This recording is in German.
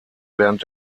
während